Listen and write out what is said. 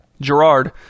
Gerard